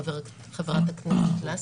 שחברת הכנסת הזכירה,